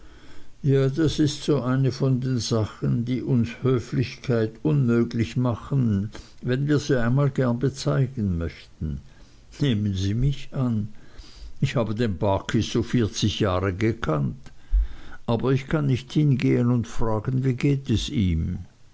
ja das ist so eine von den sachen die uns höflichkeit unmöglich machen wenn wir sie einmal gern bezeigen möchten nehmen sie mich an ich habe den barkis so vierzig jahre gekannt aber ich kann nicht hingehen und fragen wie geht es ihm